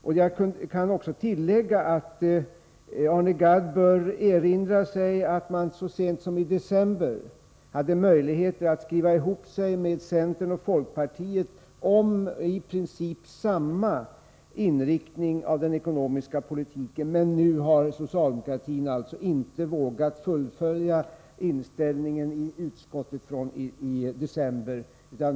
Arne Gadd bör erinra sig att socialdemokraterna så sent som i december hade möjlighet att skriva ihop sig med centern och folkpartiet om i princip samma inriktning av den ekonomiska politiken. Men nu har socialdemokraterna inte vågat fullfölja inställningen i utskottet i december.